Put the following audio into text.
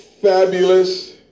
fabulous